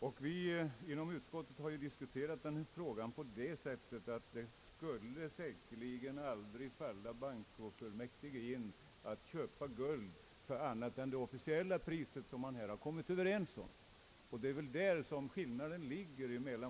Vi har inom utskottet diskuterat den frågan och kommit fram till att det säkerligen aldrig skulle falla bankofullmäktige in att köpa guld till annat pris än det officiella pris man kommit överens om.